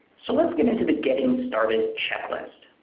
so let's get into the getting started checklist.